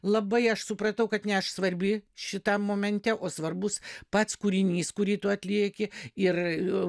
labai aš supratau kad ne aš svarbi šitam momente o svarbus pats kūrinys kurį tu atlieki ir